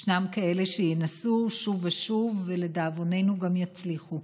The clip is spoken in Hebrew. יש כאלה שינסו שוב ושוב, ולדאבוננו גם יצליחו.